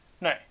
No